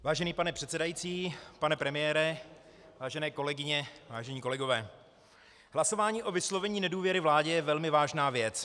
Vážený pane předsedající, pane premiére, vážené kolegyně, vážení kolegové, hlasování o vyslovení nedůvěry vládě je velmi vážná věc.